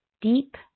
Deep